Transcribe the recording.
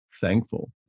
thankful